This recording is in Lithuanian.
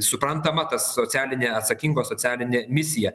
suprantama ta socialinė atsakinga socialinė misija